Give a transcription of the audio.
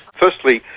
firstly,